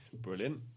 brilliant